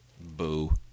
Boo